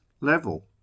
level